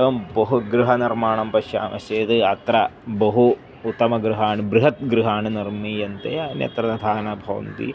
एवं बहु गृहनिर्माणं पश्यामश्चेद् अत्र बहु उत्तमगृहाणि बृहत् गृहाणि निर्मीयन्ते अन्यत्र तथा न भवन्ति